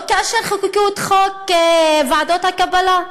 לא כאשר חוקקו את חוק ועדות הקבלה?